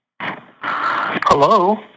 Hello